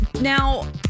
Now